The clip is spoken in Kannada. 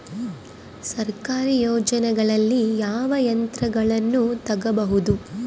ಸರ್ಕಾರಿ ಯೋಜನೆಗಳಲ್ಲಿ ಯಾವ ಯಂತ್ರಗಳನ್ನ ತಗಬಹುದು?